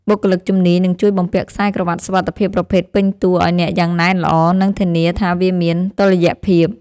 បុគ្គលិកជំនាញនឹងជួយបំពាក់ខ្សែក្រវាត់សុវត្ថិភាពប្រភេទពេញតួឱ្យអ្នកយ៉ាងណែនល្អ និងធានាថាវាមានតុល្យភាព។